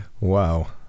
Wow